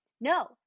no